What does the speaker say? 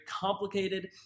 complicated